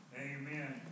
Amen